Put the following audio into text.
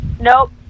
Nope